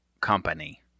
company